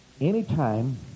anytime